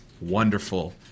wonderful